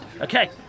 Okay